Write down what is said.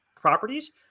properties